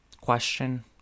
question